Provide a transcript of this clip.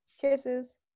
Kisses